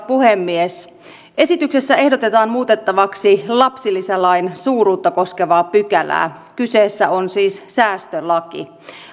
puhemies esityksessä ehdotetaan muutettavaksi lapsilisälain suuruutta koskevaa pykälää kyseessä on siis säästölaki